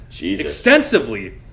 extensively